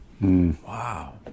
wow